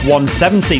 170